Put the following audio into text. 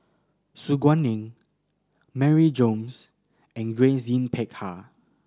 Su Guaning Mary Gomes and Grace Yin Peck Ha